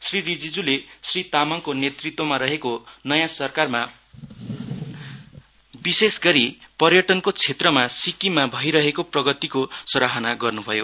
श्री रिजीजुले श्री तामङको नेतृत्वमा रहेको नयाँ सरकारमा विशेषगरि पर्यटनको क्षेत्रमा सिक्किममा भइरहेको प्रगतिको सराहना गर्नुभयो